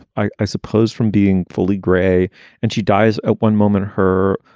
i i suppose from being fully gray and she dies at one moment, her,